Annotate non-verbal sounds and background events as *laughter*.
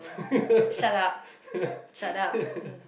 *laughs*